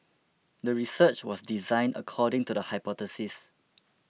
the research was designed according to the hypothesis